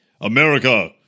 America